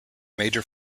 major